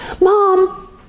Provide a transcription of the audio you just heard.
Mom